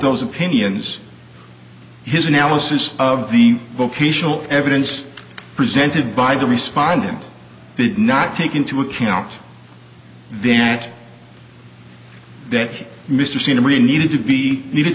those opinions his analysis of the vocational evidence presented by the respond him did not take into account the act that mr scenery needed to be needed